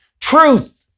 truth